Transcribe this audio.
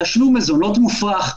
תשלום מזונות מופרך,